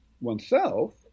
oneself